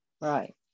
Right